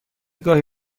گاهی